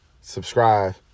subscribe